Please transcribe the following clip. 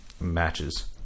matches